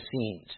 scenes